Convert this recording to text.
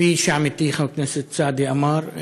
כפי שעמיתי חבר הכנסת סעדי אמר,